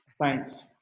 thanks